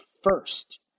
first